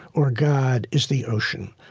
or god, is the ocean.